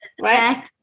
right